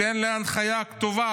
תן לי הנחיה כתובה,